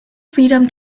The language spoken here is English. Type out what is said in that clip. freedom